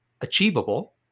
achievable